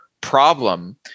problem